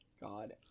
God